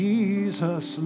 Jesus